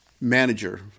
manager